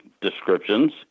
descriptions